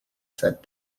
said